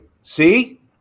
See